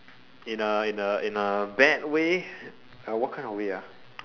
in a in a in a bad way uh what kind of way ah